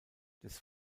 des